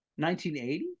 1980